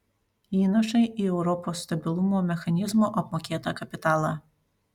įnašai į europos stabilumo mechanizmo apmokėtą kapitalą